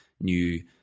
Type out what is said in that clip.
new